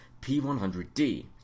P100D